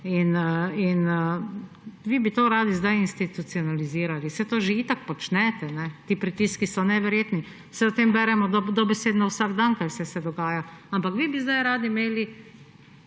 In vi bi to radi sedaj institucionalizirali. Saj to že itak počnete. Ti pritiski so neverjetni. Saj o tem beremo dobesedno vsak dan, kaj se vse dogaja, ampak vi bi sedaj radi imeli